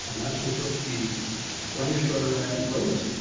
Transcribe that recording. next, we'll put the flame spreader back in place.